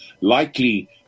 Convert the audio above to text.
likely